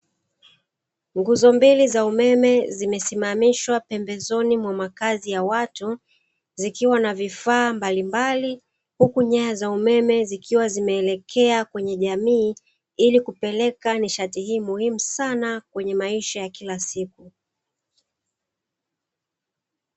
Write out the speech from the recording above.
Nguzo mbili za umeme zimesimamishwa pembezoni mwa makazi ya watu, zikiwa na vifaa mbalimbali huku nyaya za umeme zikiwa zimeelekea kwenye jamii ili kupeleka nishatii hii muhimu sana kwenye maisha ya kila siku.